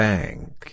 Bank